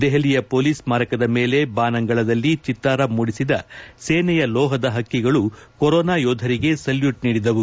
ದೆಹಲಿಯ ಮೊಲೀಸ್ ಸ್ಮಾರಕದ ಮೇಲೆ ಬಾನಂಗಳದಲ್ಲಿ ಚಿತ್ತಾರ ಮೂಡಿಸಿದ ಸೇನೆಯ ಲೋಹದ ಪಕ್ಕಿಗಳು ಕೊರೋನಾ ಯೋಧರಿಗೆ ಸಲ್ಯೂಟ್ ನೀಡಿದವು